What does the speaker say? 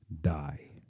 die